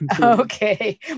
Okay